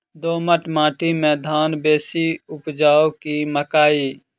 दोमट माटि मे धान बेसी उपजाउ की मकई?